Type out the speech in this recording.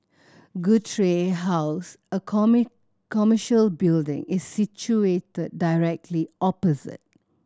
Guthrie House a commercial building is situated directly opposite